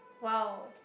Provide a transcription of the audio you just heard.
!wow!